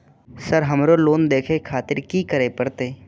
Sir हमरो loan देखें खातिर की करें परतें?